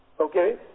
Okay